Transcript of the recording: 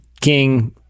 King